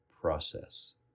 process